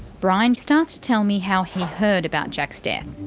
brian starts to tell me how he heard about jack's death.